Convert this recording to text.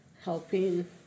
helping